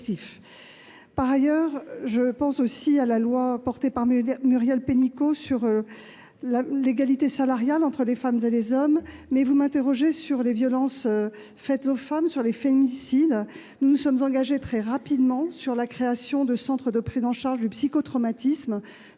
correctifs. Je pense aussi à la loi portée par Muriel Pénicaud sur l'égalité salariale entre les femmes et les hommes. Madame la sénatrice, vous m'interrogez sur les violences faites aux femmes et les féminicides. Nous nous sommes engagés très rapidement sur la création de centres de prise en charge du psychotraumatisme,